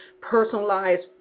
personalized